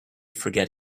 forget